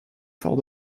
fort